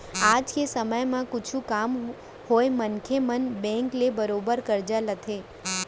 आज के समे म कुछु काम होवय मनसे मन बेंक ले बरोबर करजा लेथें